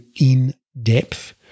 in-depth